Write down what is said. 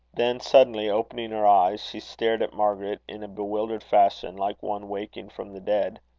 then suddenly opening her eyes, she stared at margaret in a bewildered fashion, like one waking from the dead.